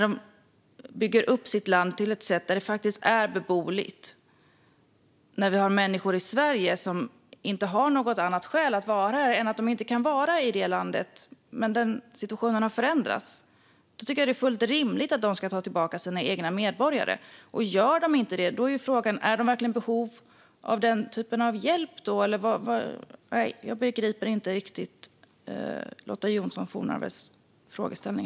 De bygger då upp sitt land så att det faktiskt är beboeligt. Vi har människor i Sverige som inte har något annat skäl att vara här än att de inte kan vara i det andra landet. Men när den situationen har förändrats tycker jag att det är fullt rimligt att man ska ta tillbaka sina egna medborgare. Gör man inte det är frågan: Är de verkligen i behov av denna typ av hjälp då? Jag begriper inte riktigt Lotta Johnsson Fornarves frågeställning.